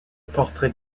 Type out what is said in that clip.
portrait